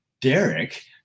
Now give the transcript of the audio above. Derek